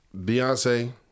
Beyonce